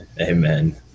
Amen